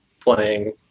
playing